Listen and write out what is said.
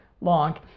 long